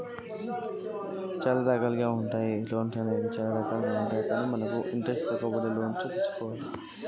ఎన్ని రకాల లోన్స్ ఇస్తరు?